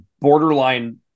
borderline